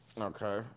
Okay